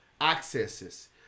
accesses